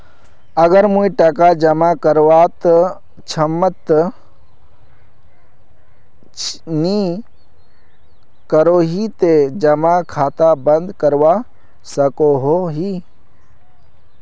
अगर मुई टका जमा करवात सक्षम नी करोही ते जमा खाता बंद करवा सकोहो ही?